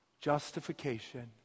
Justification